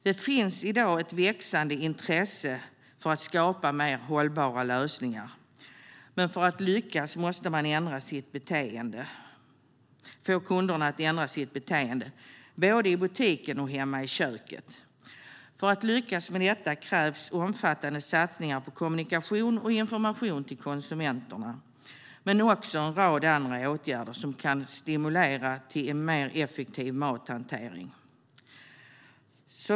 Det finns i dag ett växande intresse för att skapa mer hållbara lösningar, men för att lyckas måste man få kunderna att ändra sitt beteende både i butiken och hemma i köket. För att lyckas med detta krävs omfattande satsningar på kommunikation och information till konsumenterna men också en rad andra åtgärder som kan stimulera till en mer effektiv mathantering.